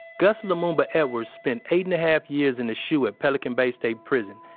gus lamumba edwards spent eight and a half years in the shu at pelican bay state prison,